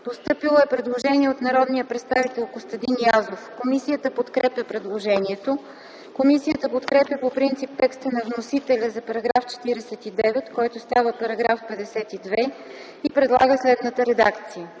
постъпило предложение от народния представител Костадин Язов. Комисията подкрепя предложението. Комисията подкрепя по принцип текста на вносителя за § 49, който става § 52, и предлага следната редакция: